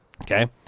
okay